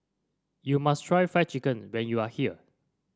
you must try Fried Chicken when you are here